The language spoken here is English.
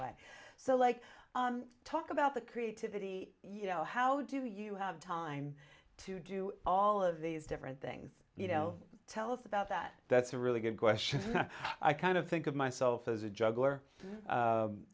way so like talk about the creativity you know how do you have time to do all of these different things you know tell us about that that's a really good question i kind of think of myself as a juggler